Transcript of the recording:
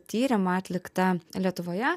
tyrimą atliktą lietuvoje